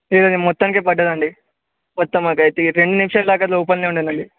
లేదు లేదు మొత్తానికే పడ్డదండి మొత్తం పడ్డాయి రెండు నిమిషాల దాకా అది లోపలనే ఉందండి